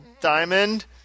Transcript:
diamond